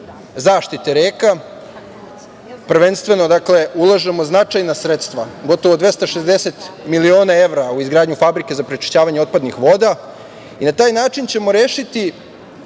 zaštite reka. Prvenstveno, ulažemo značajna sredstva, gotovo 260 miliona evra, u izgradnju fabrike za prečišćavanje otpadnih voda i na taj način ćemo rešiti